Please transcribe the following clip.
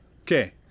okay